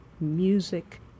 music